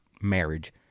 marriage